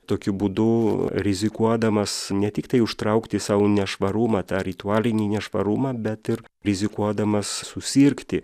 tokiu būdu rizikuodamas ne tiktai užtraukti sau nešvarumą tą ritualinį nešvarumą bet ir rizikuodamas susirgti